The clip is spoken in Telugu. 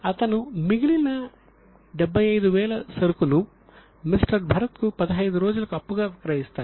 అతను మిగిలిన 75000 సరుకును మిస్టర్ భరత్ కు 15 రోజులకు అప్పుగా విక్రయిస్తాడు